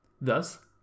Thus